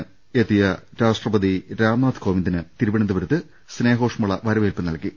നെത്തിയ രാഷ്ട്രപതി രാംനാഥ് കോവിന്ദിന് തിരുവനന്തപുരത്ത് സ്നേഹോ ഷ്മള വരവേൽപ്പ് നൽകി